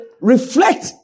reflect